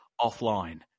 offline